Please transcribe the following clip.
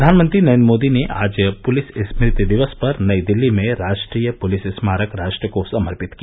प्रधानमंत्री नरेन्द्र मोदी ने आज पुलिस स्मृति दिवस पर नई दिल्ली में राष्ट्रीय पुलिस स्मारक राष्ट्र को समर्पित किया